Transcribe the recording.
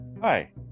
Hi